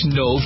no